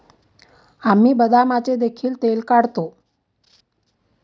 आम्ही बदामाचे देखील तेल काढतो